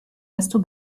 desto